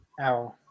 Ow